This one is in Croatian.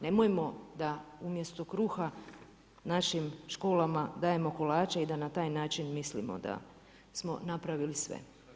Nemojmo da umjesto kruha našim školama dajemo kolače i da na taj način mislimo da smo napravili sve.